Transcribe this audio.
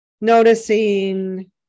Noticing